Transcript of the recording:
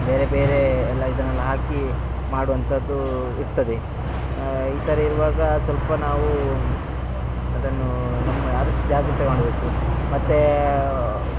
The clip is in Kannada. ಬೇರೆ ಬೇರೆ ಎಲ್ಲ ಇದನ್ನೆಲ್ಲ ಹಾಕಿ ಮಾಡುವಂಥದ್ದು ಇರ್ತದೆ ಈ ಥರ ಇರುವಾಗ ಸ್ವಲ್ಪ ನಾವು ಅದನ್ನು ಆದಷ್ಟು ಜಾಗ್ರತೆ ಮಾಡಬೇಕು ಮತ್ತು